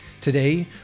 Today